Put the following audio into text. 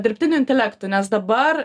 dirbtiniu intelektu nes dabar